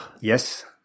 Yes